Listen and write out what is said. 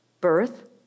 Birth